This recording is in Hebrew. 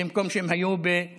במקום, הם היו בחדרה.